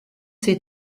ses